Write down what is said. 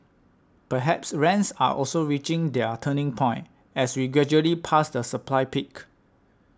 perhaps rents are also reaching their turning point as we gradually pass the supply peak